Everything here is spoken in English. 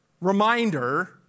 reminder